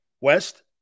West